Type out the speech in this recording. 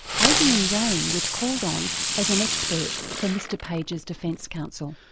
adrian raine was called on as an expert for mr page's defence council.